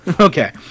Okay